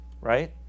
right